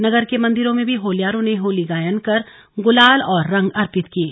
नगर के मंदिरों में भी होल्यारों ने होली गायन कर अबीर गुलाल और रंग अर्पित किये